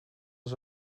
als